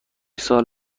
سال